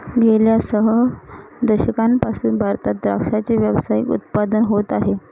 गेल्या सह दशकांपासून भारतात द्राक्षाचे व्यावसायिक उत्पादन होत आहे